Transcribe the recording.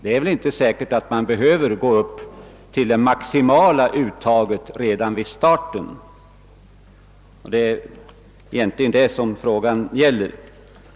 Det är inte säkert att man behöver gå upp till det maxi mala uttaget redan vid starten, och det är egentligen detta frågan gäller.